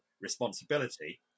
responsibility